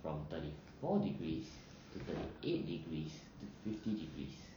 from thirty four degrees to thirty eight degrees to fifty degrees